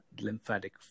lymphatic